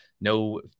no